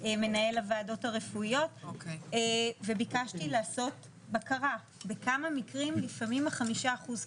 מנהל הוועדות הרפואיות וביקשתי לעשות בקרה בכמה מקרים לפעמים ה-5 אחוז,